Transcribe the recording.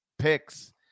Picks